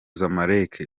zamalek